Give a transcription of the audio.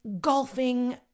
Golfing